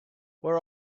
where